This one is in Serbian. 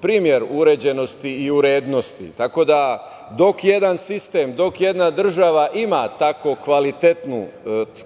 primer uređenosti i urednosti. Tako da dok jedan sistem i jedna država ima tako